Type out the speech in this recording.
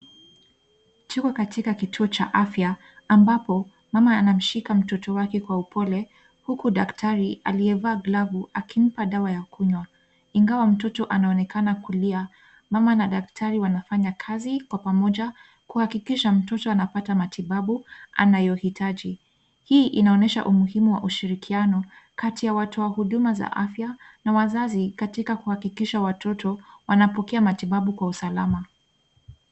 Tuko katika kituo cha afya ambapo mama anamshika mtoto wake kwa upole huku daktari aliyevaa glavu akimpa dawa ya kunywa. Ingawa mtoto anaonekana kulia, mama na daktari wanafanya kazi kwa pamoja kuhakikisha kuwa mtoto anapata matibabu anayohitaji. Hii inaonyesha umuhimu wa ushirikiano kati ya watoa huduma za afya na wazazi katika kuhakikisha watoto wanapokea matibabu kwa usalama.